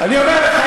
אני אומר לך,